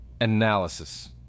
Analysis